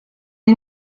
nel